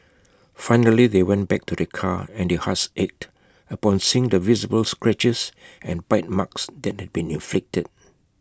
finally they went back to their car and their hearts ached upon seeing the visible scratches and bite marks that had been inflicted